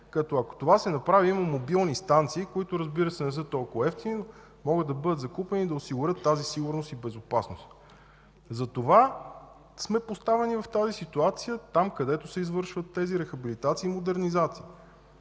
като, ако това се направи, има мобилни станции, които, разбира се, не са толкова евтини, но могат да бъдат закупени и да осигурят тази сигурност и безопасност. Затова сме поставени в тази ситуация там, където се извършват тези рехабилитации и модернизации.